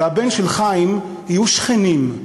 והבן של חיים יהיו שכנים,